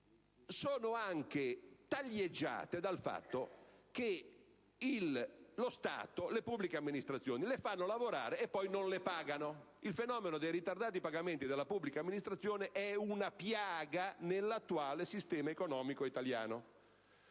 sono anche taglieggiate dal fatto che lo Stato, le pubbliche amministrazioni le fanno lavorare e poi non le pagano. Il fenomeno dei ritardati pagamenti della pubblica amministrazione è una piaga drammatica nell'attuale sistema economico italiano.